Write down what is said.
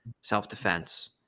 self-defense